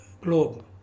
globe